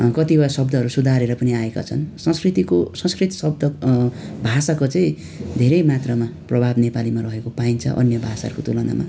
कतिवटा शब्दहरू सुधारेर पनि आएका छन् संस्कृतिको संस्कृत शब्द भाषाको चाहिँ धेरै मात्रमा प्रभाव नेपालीमा रहेको पाइन्छ अन्य भाषाहरूको तुलनामा